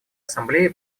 ассамблеи